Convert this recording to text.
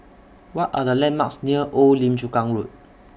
What Are The landmarks near Old Lim Chu Kang Road